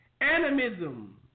animism